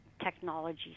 technology